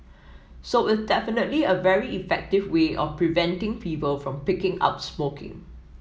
so it's definitely a very effective way of preventing people from picking up smoking